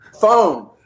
phone